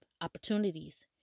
opportunities